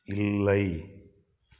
இல்லை